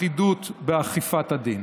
אחידות באכיפת הדין